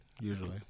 Usually